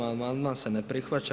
Amandman se ne prihvaća.